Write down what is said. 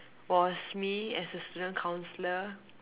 was me as a student councillor